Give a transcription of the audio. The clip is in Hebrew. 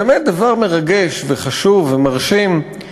באמת דבר מרגש וחשוב ומרשים.